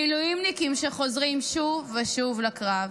מילואימניקים שחוזרים שוב ושוב ושוב לקרב,